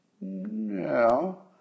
No